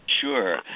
Sure